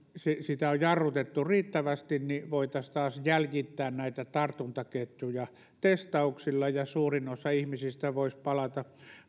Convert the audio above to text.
sitä on jarrutettu riittävästi voitaisiin taas jäljittää näitä tartuntaketjuja testauksilla ja suurin osa ihmisistä voisi palata